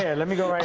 and let me go right